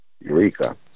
Eureka